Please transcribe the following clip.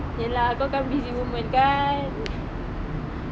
ye lah kau kan busy woman kan